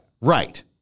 Right